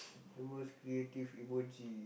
the most creative emoji